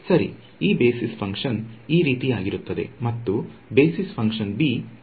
ಸರಿ ಈ basis function ಈ ರೀತಿಯಾಗಿರುತ್ತದೆಮತ್ತು ಬೇಸಿಸ್ ಫಂಕ್ಷನ್ b ಈ ರೀತಿಯಾಗಿರುತ್ತದೆ